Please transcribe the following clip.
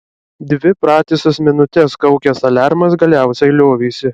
dvi pratisas minutes kaukęs aliarmas galiausiai liovėsi